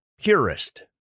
purist